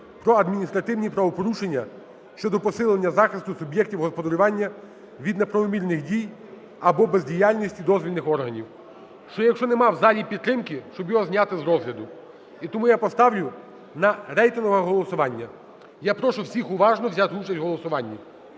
про адміністративні правопорушення щодо посилення захисту суб'єктів господарювання від неправомірних дій або бездіяльності дозвільних органів, що якщо нема в залі підтримки, щоб його зняти з розгляду. І тому я поставлю на рейтингове голосування. Я прошу всіх уважно взяти участь в голосуванні.